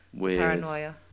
paranoia